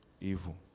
Evil